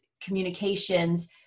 communications